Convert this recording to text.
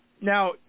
now